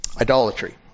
Idolatry